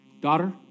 Daughter